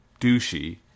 douchey